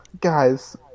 Guys